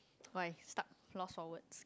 why stuck lost for words